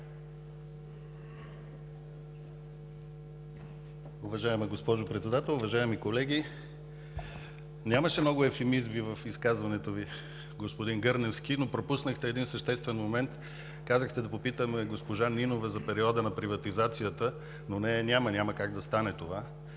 Уважаема госпожо Председател, уважаеми колеги! Нямаше много евфемизми в изказването Ви, господин Гърневски, но пропуснахте един съществен момент. Казахте да попитаме госпожа Нинова за периода на приватизацията, но нея я няма, няма как да стане това.